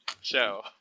Show